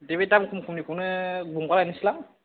दे बे दाम खम खमनिखौनो गंबा लायनोसैलां